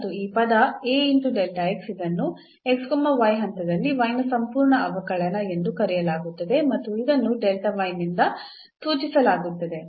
ಮತ್ತು ಈ ಪದ A ಇದನ್ನು ಹಂತದಲ್ಲಿ y ನ ಸಂಪೂರ್ಣ ಅವಕಲನ ಎಂದು ಕರೆಯಲಾಗುತ್ತದೆ ಮತ್ತು ಇದನ್ನು delta y ನಿಂದ ಸೂಚಿಸಲಾಗುತ್ತದೆ